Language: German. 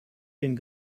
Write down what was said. den